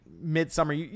mid-summer